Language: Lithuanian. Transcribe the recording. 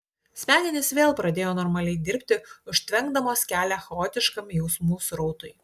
smegenys vėl pradėjo normaliai dirbti užtvenkdamos kelią chaotiškam jausmų srautui